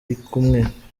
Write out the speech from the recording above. barikumwe